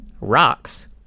rocks